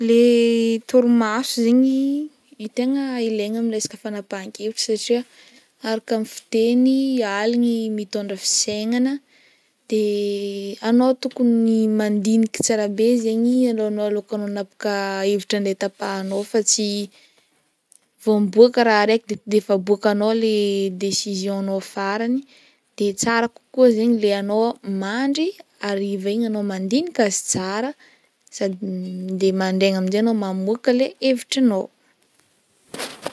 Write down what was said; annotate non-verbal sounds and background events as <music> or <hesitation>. Le torimaso zegny tegna ilaigna am' resaka fanapahan-kevitra satria araka ny fiteny aligny mitondra fisaignana de anao tokony mandiniky tsara be zegny alohanao alôkanao hanapaka hevitra andeha tapahanao fa tsy vao miboaka raha araiky de to de efa aboakanao le décision anao farany de tsara kokoa zegny le anao mandry hariva igny ianao mandinika azy tsara sady <hesitation> de mandraigna am'jay anao mamoaka le hevitrinao.